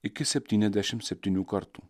iki septyniasdešim septynių kartų